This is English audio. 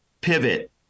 pivot